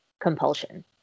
compulsion